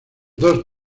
dos